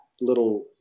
little